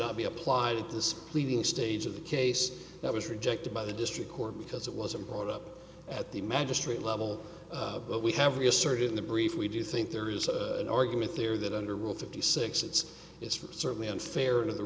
not be applied to this pleading stage of the case that was rejected by the district court because it wasn't what up at the magistrate level but we have reasserted in the brief we do think there is an argument there that under rule fifty six it's it's certainly unfair to the